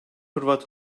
hırvat